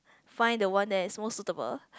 find the one that is most suitable